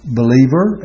believer